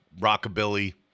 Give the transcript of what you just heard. rockabilly